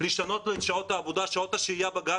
לשנות לו את שעות השהייה בגן?